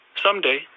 Someday